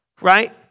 right